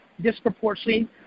disproportionately